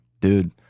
dude